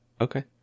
Okay